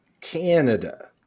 Canada